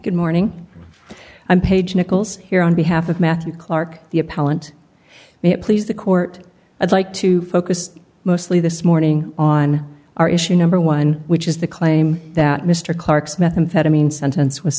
good morning i'm page nichols here on behalf of matthew clark the appellant may it please the court i'd like to focus mostly this morning on our issue number one which is the claim that mr clarke's methamphetamine sentence w